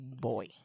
boy